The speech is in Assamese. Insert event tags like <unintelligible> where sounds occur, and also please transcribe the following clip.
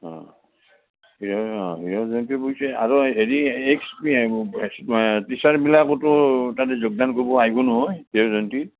অঁ <unintelligible> অঁ হীৰক জয়ন্তী <unintelligible> আৰু হেৰি এক্স <unintelligible> টিচাৰবিলাকতো তাতে যোগদান কৰিব আহিব নহয় হীৰক জয়ন্তীত